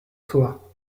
toi